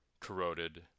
corroded